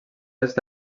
est